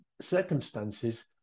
circumstances